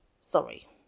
sorry